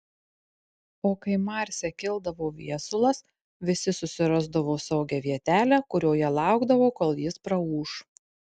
o kai marse kildavo viesulas visi susirasdavo saugią vietelę kurioje laukdavo kol jis praūš